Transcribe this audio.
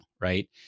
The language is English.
right